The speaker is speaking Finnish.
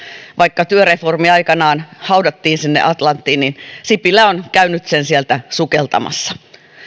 vaikka työreformi aikoinaan haudattiin sinne atlanttiin niin sipilä on käynyt sen sieltä sukeltamassa